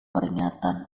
peringatan